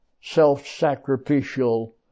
self-sacrificial